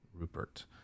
Rupert